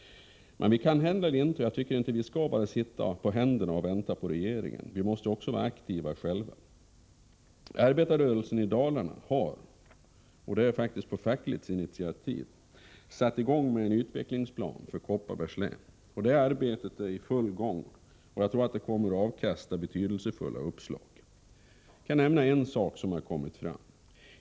Men vi skall inte bara sitta på händerna och vänta på regeringen. Vi måste också vara aktiva själva. Arbetarrörelsen i Dalarna har, på fackligt initiativ, satt i gång att utarbeta en utvecklingsplan för Kopparbergs län. Det arbetet är nu i full gång, och jag tror att det kommer att avkasta betydelsefulla uppslag. Jag kan nämna ett som redan kommit fram.